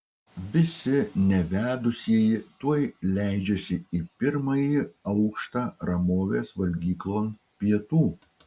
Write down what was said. visi nevedusieji tuoj leidžiasi į pirmąjį aukštą ramovės valgyklon pietų